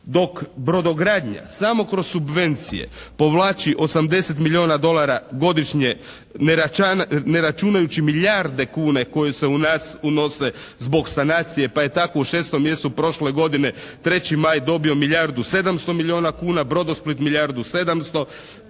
Dok brodogradnja samo kroz subvencije povlači 80 milijuna dolara godišnje ne računajući milijarde kuna koje se u nas unose zbog sanacije. Pa je tako u 6. mjesecu prošle godine «3. maj» dobio milijardu 700 milijuna kuna, «Brodosplit» milijardu 700,